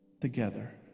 together